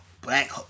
black